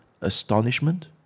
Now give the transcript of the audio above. Astonishment